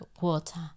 water